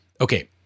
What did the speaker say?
Okay